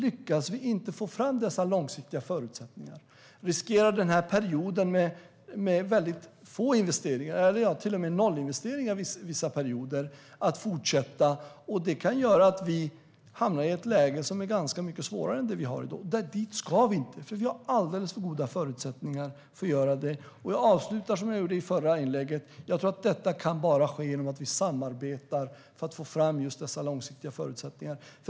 Lyckas vi inte få fram dessa långsiktiga förutsättningar riskerar perioden med väldigt få investeringar, till och med nollinvesteringar vissa perioder, att fortsätta. Det kan göra att vi hamnar i ett läge som är ganska mycket svårare än det vi har i dag. Dit ska vi inte, för vi har alldeles för goda förutsättningar för att göra det. Jag avslutar, som i förra inlägget, med att säga att detta tror jag bara kan ske genom att vi samarbetar för att få fram just dessa långsiktiga förutsättningar.